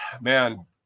Man